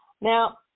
Now